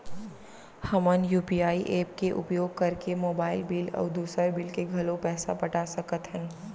हमन UPI app के उपयोग करके मोबाइल बिल अऊ दुसर बिल के घलो पैसा पटा सकत हन